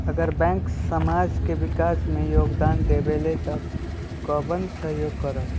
अगर बैंक समाज के विकास मे योगदान देबले त कबन सहयोग करल?